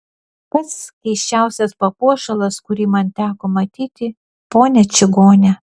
pats keisčiausias papuošalas kurį man teko matyti ponia čigone